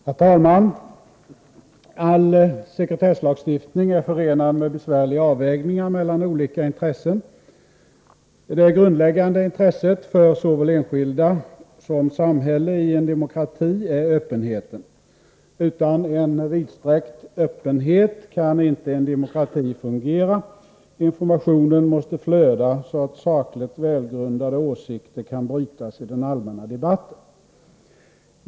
Herr talman! All sekretesslagstiftning är förenad med besvärliga avvägningar mellan olika intressen. Det grundläggande intresset för såväl enskilda som samhälle i en demokrati är öppenheten. Utan en vidsträckt öppenhet kan inte en demokrati fungera. Informationen måste flöda så att sakligt välgrundade åsikter kan brytas i den allmänna debatten.